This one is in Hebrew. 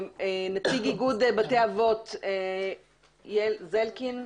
נציג איגוד בתי האבות, אביטוב זלקין.